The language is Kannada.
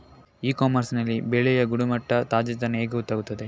ಇ ಕಾಮರ್ಸ್ ನಲ್ಲಿ ಬೆಳೆಯ ಗುಣಮಟ್ಟ, ತಾಜಾತನ ಹೇಗೆ ಗೊತ್ತಾಗುತ್ತದೆ?